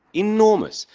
enormous,